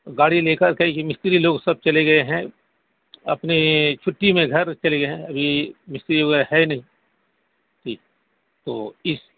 گاڑی لے کر کے یہ مستری لوگ سب چلے گئے ہیں اپنے چھٹی میں گھر چلے گئے ہیں ابھی مستری وغیرہ ہے نہیں ٹھیک تو اس